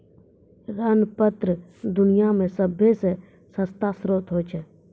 ऋण पत्र दुनिया मे सभ्भे से सस्ता श्रोत होय छै